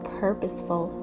purposeful